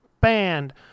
band